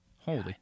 Holy